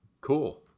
Cool